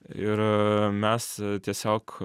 ir mes tiesiog